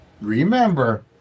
remember